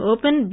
Open